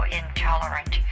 intolerant